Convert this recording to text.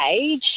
age